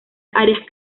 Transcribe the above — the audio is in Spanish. arias